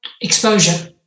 exposure